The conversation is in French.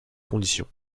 conditions